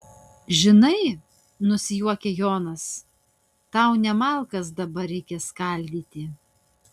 žinai nusijuokia jonas tau ne malkas dabar reikia skaldyti